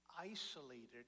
isolated